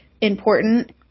important